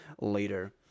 later